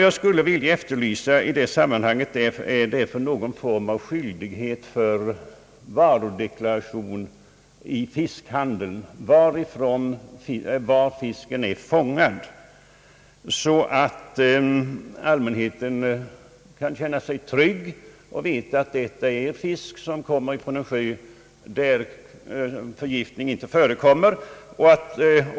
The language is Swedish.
Jag vill därför efterlysa någon form av skyldighet för fiskhandeln att avge varudeklaration med uppgift om var fisken är fångad, så att allmänheten kan känna sig trygg och veta att den fisk som saluförs kommer från en sjö där vattnet inte är förgiftat.